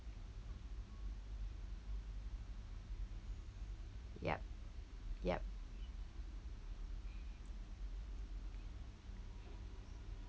yup yup